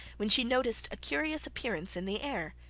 when she noticed a curious appearance in the air